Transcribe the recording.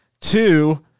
Two